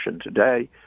today